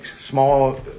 Small